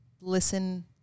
listen